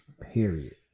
period